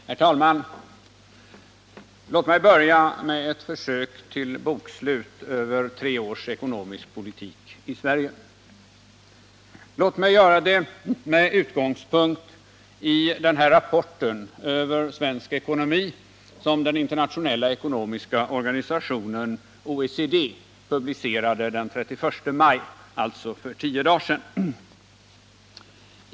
Herr talman! Låt mig börja med ett försök till bokslut över tre års ekonomisk politik i Sverige. Låt mig göra det med utgångspunkt i den rapport över svensk ekonomi som den internationella ekonomiska organisationen OECD publicerade den 31 maj, alltså för tio dagar sedan.